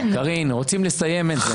קארין, רוצים לסיים את זה.